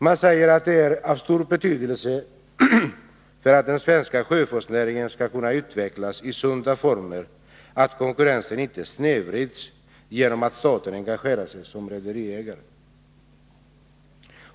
Man säger att det är av stor betydelse för att den svenska sjöfartsnäringen skall kunna utvecklas i sunda former att konkurrensen inte snedvrids genom att staten engagerar sig som rederiägare.